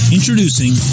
Introducing